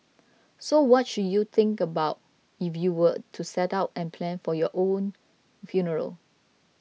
so what should you think about if you were to set out and plan for your own funeral